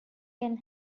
can